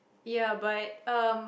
ya but um